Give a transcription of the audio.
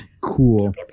Cool